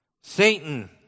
Satan